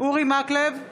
אורי מקלב,